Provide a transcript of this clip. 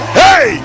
hey